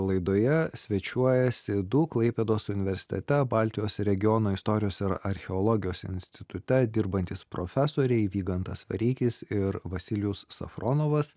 laidoje svečiuojasi du klaipėdos universitete baltijos regiono istorijos ir archeologijos institute dirbantys profesoriai vygantas vareikis ir vasilijus safronovas